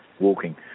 walking